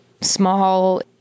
small